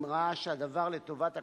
אם ראה שהדבר לטובת הקטין,